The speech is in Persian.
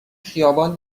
خیابان